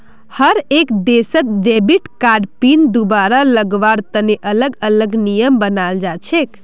हर एक देशत debit card pin दुबारा लगावार तने अलग अलग नियम बनाल जा छे